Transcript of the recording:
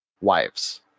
wives